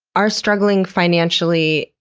are struggling financially?